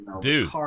dude